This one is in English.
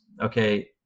okay